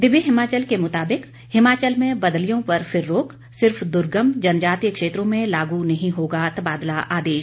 दिव्य हिमाचल के मुताबिक हिमाचल में बदलियों पर फिर रोक सिर्फ दुर्गम जनजातीय क्षेत्रों में लागू नहीं होगा तबादला आदेश